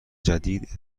جدید